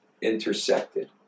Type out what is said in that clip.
intersected